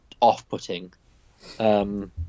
off-putting